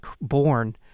born